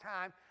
time